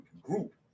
group